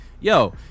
Yo